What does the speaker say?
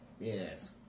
Yes